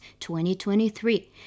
2023